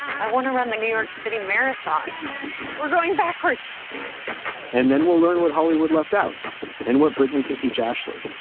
i want to run the new york city marathon we're going backwards and then we'll learn what hollywood left out and what britney can teach ashley.